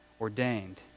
ordained